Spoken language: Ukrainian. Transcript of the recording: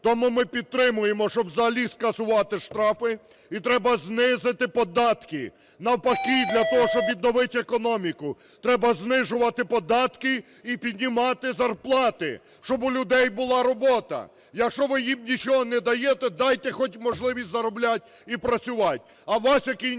Тому ми підтримуємо, щоб взагалі скасувати штрафи, і треба знизити податки. Навпаки, для того, щоб відновити економіку, треба знижувати податки і піднімати зарплати, щоб у людей була робота. Якщо ви їм нічого не даєте, дайте хоч можливість заробляти і працювати.